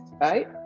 right